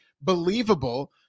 believable